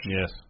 Yes